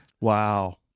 Wow